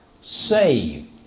saved